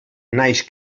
naix